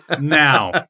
Now